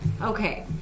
Okay